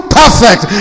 perfect